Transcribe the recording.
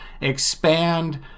expand